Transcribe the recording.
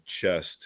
chest